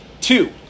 Two